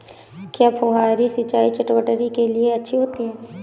क्या फुहारी सिंचाई चटवटरी के लिए अच्छी होती है?